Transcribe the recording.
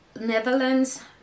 Netherlands